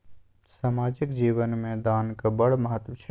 सामाजिक जीवन मे दानक बड़ महत्व छै